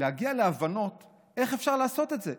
להגיע להבנות איך אפשר לעשות את זה,